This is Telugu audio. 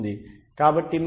కాబట్టి మీకు 0